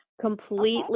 completely